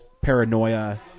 paranoia